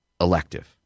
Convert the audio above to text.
elective